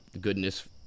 goodness